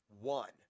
One